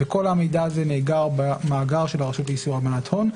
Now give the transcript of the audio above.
וכל המידע הזה נאגר במאגר של הרשות לאיסור הלבנת הון.